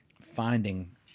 finding